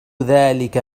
ذلك